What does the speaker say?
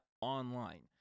online